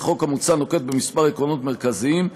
החוק המוצע נוקט כמה עקרונות מרכזיים.